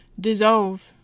dissolve